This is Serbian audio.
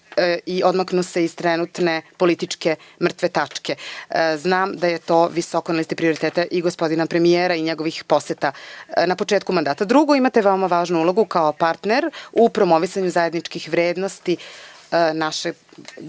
i odmaknu se iz trenutne političke mrtve tačke. Znam da je to visoko na listi prioriteta i gospodina premijera i njegovih poseta na početku mandata. Drugo, imate veoma važnu ulogu kao partner u promovisanju zajedničkih vrednosti naše